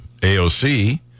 AOC